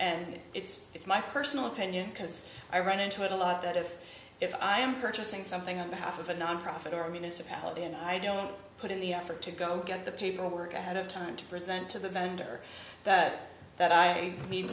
and it's it's my personal opinion because i run into it a lot that if if i am purchasing something on behalf of a nonprofit organization health and i don't put in the effort to go get the paperwork ahead of time to present to the vendor that that i